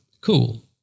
cool